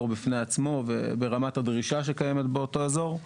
בפני עצמו ברמת הדרישה שקיימת באותו אזור.